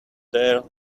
there